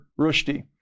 Rushdie